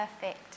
perfect